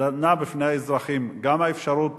ניתנה בפני האזרחים גם האפשרות